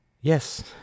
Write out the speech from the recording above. yes